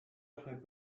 après